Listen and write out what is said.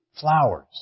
flowers